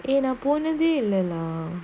eh நா போனதே இல்ல:na ponathe illa lah